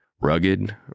rugged